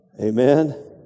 amen